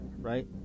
right